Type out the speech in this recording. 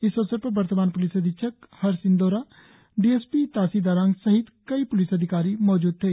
इस अवसर पर वर्तमान प्लिस अधीक्षक Harsh Indora D S P Tasi Darang सहित कई प्लिस अधिकारी मौजूद थे